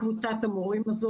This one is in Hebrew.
המורים,